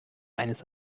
eines